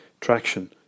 traction